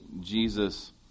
Jesus